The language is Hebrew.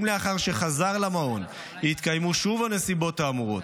אם לאחר שחזר למעון התקיימו שוב הנסיבות האמורות,